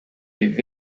est